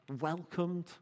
Welcomed